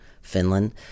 Finland